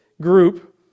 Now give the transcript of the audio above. group